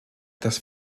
dass